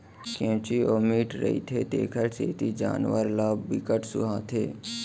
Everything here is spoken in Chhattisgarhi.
केंवची अउ मीठ रहिथे तेखर सेती जानवर ल बिकट सुहाथे